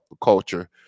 culture